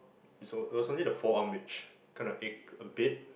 it's only the forearm reach kind of ache a bit